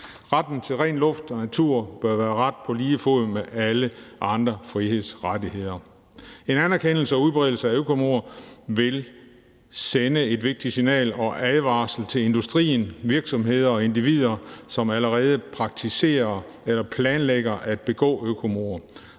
Retten til ren luft og natur bør være en ret på lige fod med alle andre frihedsrettigheder. En anerkendelse og udbredelse af begrebet økomord vil sende et vigtigt signal og en advarsel til industrien, virksomheder og individer, som allerede praktiserer eller planlægger at begå økomord,